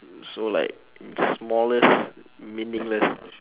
so like the smallest meaningless